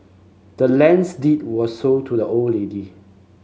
the land's deed was sold to the old lady